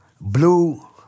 blue